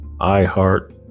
iHeart